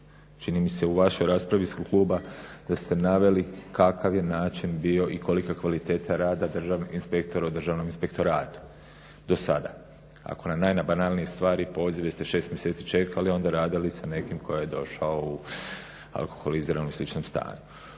čini mi se u vašoj raspravi ispred kluba da ste naveli kakav je način bio i kolika kvaliteta rada državnih inspektora u Državnom inspektoratu dosada. Ako na najbanalnije stvari, pozive ste 6 mjeseci čekali onda rade li sa nekim tko je došao u alkoholiziranom i sličnom stanju.